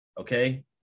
Okay